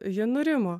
ji nurimo